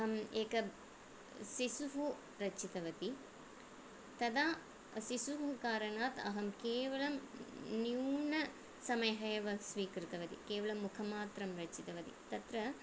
अहम् एकः शिशुं रचितवती तदा शिशुकारणात् अहं केवलं न्यूनसमयम् एव स्वीकृतवती केवलं मुखमात्रं रचितवती तत्र